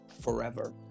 forever